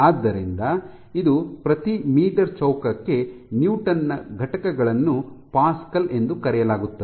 ಆದ್ದರಿಂದ ಇದು ಪ್ರತಿ ಮೀಟರ್ ಚೌಕಕ್ಕೆ ನ್ಯೂಟನ್ ನ ಘಟಕಗಳನ್ನು ಪ್ಯಾಸ್ಕಲ್ ಎಂದು ಕರೆಯಲಾಗುತ್ತದೆ